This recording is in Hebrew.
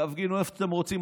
תפגינו איפה שאתם רוצים,